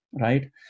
right